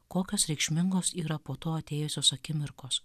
kokios reikšmingos yra po to atėjusios akimirkos